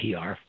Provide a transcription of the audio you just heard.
PR